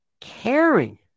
caring